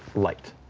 light,